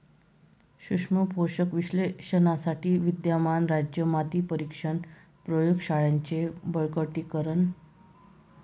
सूक्ष्म पोषक विश्लेषणासाठी विद्यमान राज्य माती परीक्षण प्रयोग शाळांचे बळकटीकरण